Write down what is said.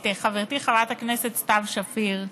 את חברתי חברת הכנסת סתיו שפיר,